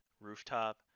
Rooftop